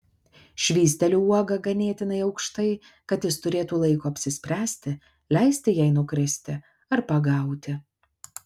švysteliu uogą ganėtinai aukštai kad jis turėtų laiko apsispręsti leisti jai nukristi ar pagauti